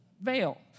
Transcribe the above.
veil